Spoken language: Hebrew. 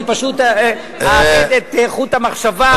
אני פשוט אאבד את חוט המחשבה,